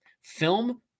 film